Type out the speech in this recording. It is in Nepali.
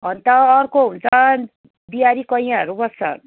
अन्त अर्को हुन्छ बिहारी कैयाँहरू बस्छ